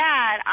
Dad